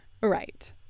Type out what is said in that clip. Right